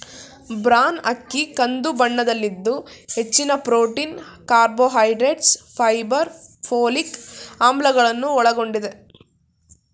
bran ಅಕ್ಕಿ ಕಂದು ಬಣ್ಣದಲ್ಲಿದ್ದು ಹೆಚ್ಚಿನ ಪ್ರೊಟೀನ್, ಕಾರ್ಬೋಹೈಡ್ರೇಟ್ಸ್, ಫೈಬರ್, ಪೋಲಿಕ್ ಆಮ್ಲಗಳನ್ನು ಒಳಗೊಂಡಿದೆ